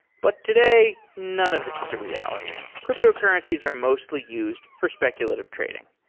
but today, none of this is a reality. cryptocurrencies are mostly used for speculative trading.